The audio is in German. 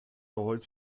holst